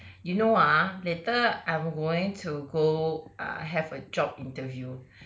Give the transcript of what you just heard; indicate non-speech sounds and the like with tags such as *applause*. *breath* you know ah later I'm going to go err have a job interview